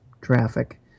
traffic